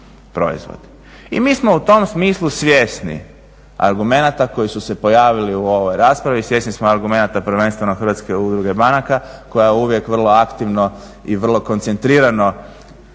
I mi smo u tom smislu svjesni argumenata koji su se pojavili u ovoj raspravi, svjesni smo argumenata prvenstveno Hrvatske udruge banaka koja uvijek vrlo aktivno i vrlo koncentrirano